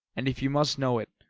and if you must know it,